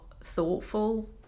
thoughtful